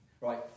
Right